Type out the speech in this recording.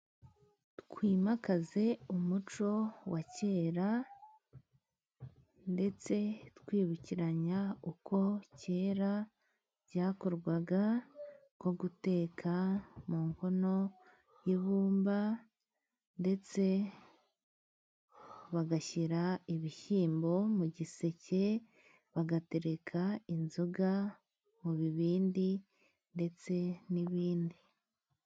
Twimakaze umuco wa kera ndetse twibukiranya uko kera byakorwaga, nko guteka mu nkono y'ibumba, ndetse bagashyira ibishyimbo mu giseke, bagatereka inzoga mu bibindi ndetse n'ibindi.